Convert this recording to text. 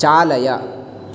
चालय